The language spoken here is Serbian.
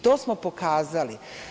To smo pokazali.